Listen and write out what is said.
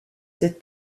cette